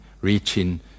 reaching